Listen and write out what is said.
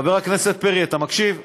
חבר הכנסת פרי, אתה מקשיב?